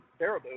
Baraboo